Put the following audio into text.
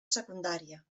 secundària